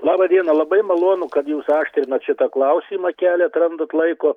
laba diena labai malonu kad jūs aštrinat šitą klausimą keliat randat laiko